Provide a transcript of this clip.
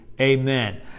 Amen